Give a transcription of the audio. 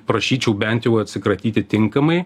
prašyčiau bent jau atsikratyti tinkamai